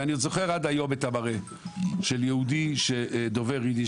ואני זוכר עד היום את המראה של יהודי שדובר אידיש,